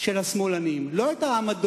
של השמאלנים, לא את העמדות,